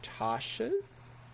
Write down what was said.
tasha's